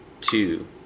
two